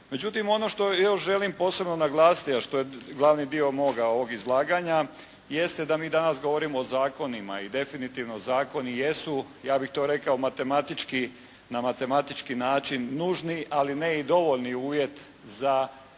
Međutim ono što još želim posebno naglasiti a što je glavni dio moga ovog izlaganja jeste da mi danas govorimo o zakonima i definitivno zakoni jesu ja bih to rekao matematički, na matematički način nužni ali ne i dovoljni uvjet za ispunjenje